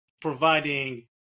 providing